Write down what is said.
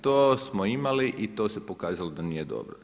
To smo imali i to se pokazalo da nije dobro.